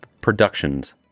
productions